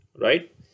right